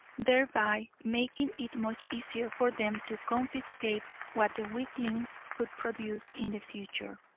thereby making it much easier for them to confiscate what the weaklings could produce in the future.